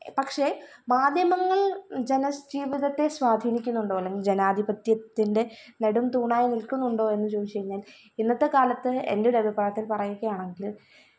പക്ഷെ മാധ്യമങ്ങള് ജന ജീവിതത്തെ സ്വാധീനിക്കുന്നുണ്ടോ അല്ലെങ്കില് ജനാധിപത്യത്തിന്റെ നെടുംതൂണായി നില്ക്കുന്നുണ്ടൊ എന്ന് ചോദിച്ചു കഴിഞ്ഞാല് ഇന്നത്തെക്കാലത്ത് എന്റെ ഒരഭിപ്രായത്തില് പറയുകയാണെങ്കില്